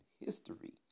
history